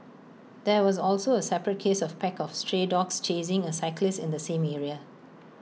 there was also A separate case of pack of stray dogs chasing A cyclist in the same area